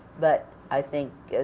but i think